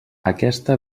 aquesta